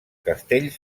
castell